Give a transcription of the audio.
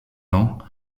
ans